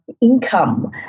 income